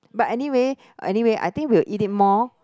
but anyway anyway I think will eat it more